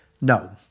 No